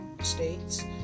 states